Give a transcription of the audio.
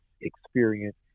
experience